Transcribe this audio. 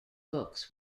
books